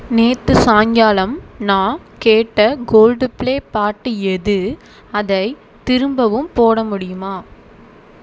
நேற்று சாயங்காலம் நான் கேட்ட கோல்ட்பிளே பாட்டு எது அதை திரும்பவும் போட முடியுமா